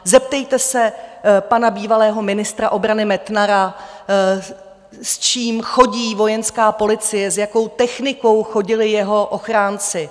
Zeptejte se pana bývalého ministra obrany Metnara, s čím chodí Vojenská policie, s jakou technikou chodili jeho ochránci.